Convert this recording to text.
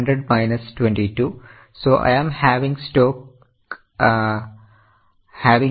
So I am having a stock of 5500 units